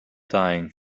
dying